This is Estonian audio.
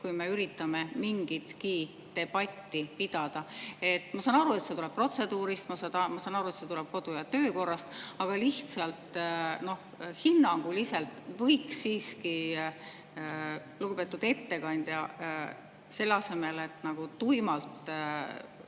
kui me üritame mingitki debatti pidada. Ma saan aru, et see tuleb protseduurist, ma saan aru, et see tuleb kodu- ja töökorrast, aga lihtsalt hinnanguliselt võiks siiski lugupeetud ettekandja, selle asemel, et tuimalt